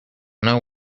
know